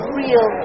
real